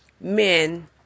men